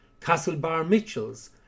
Castlebar-Mitchells